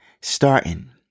Starting